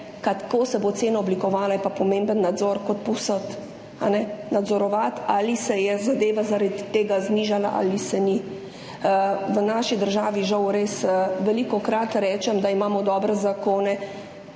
kako se bo oblikovala cena, pomemben nadzor, povsod. Nadzorovati, ali se je zadeva zaradi tega znižala ali se ni. V naši državi, žal, res velikokrat rečem, da imamo dobre zakone,